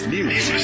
News